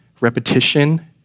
repetition